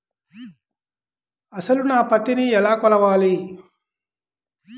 అసలు నా పత్తిని ఎలా కొలవాలి?